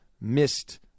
missed